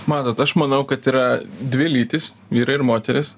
matot aš manau kad yra dvi lytys vyrai ir moterys